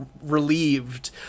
relieved